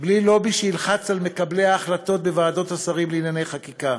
בלי לובי שילחץ על מקבלי ההחלטות בוועדות השרים לענייני חקיקה.